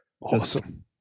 awesome